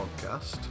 podcast